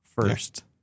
first